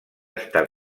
estar